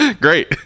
great